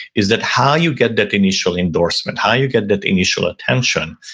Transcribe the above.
is that how you get that initial endorsement, how you get that initial attention,